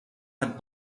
had